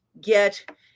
get